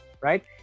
right